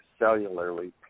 cellularly